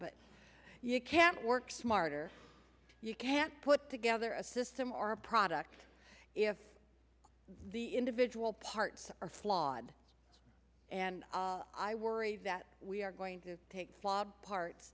but you can't work smarter you can't put together a system or a product if the individual parts are flawed and i worry that we are going to take slob parts